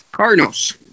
Cardinals